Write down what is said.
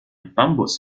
bambus